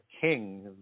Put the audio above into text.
king